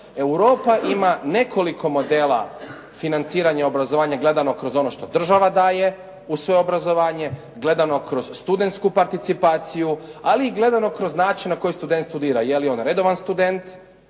Europa ima nekoliko modela financiranja obrazovanja gledano kroz ono što država daje u sve obrazovanje, gledano kroz studentsku participaciju, ali i gledano kroz način na koji student studira. Je li on redovan student,